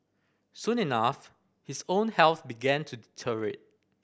soon enough his own health began to